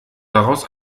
daraus